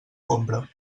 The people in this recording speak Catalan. compra